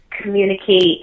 communicate